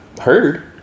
heard